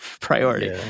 priority